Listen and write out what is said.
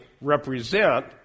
represent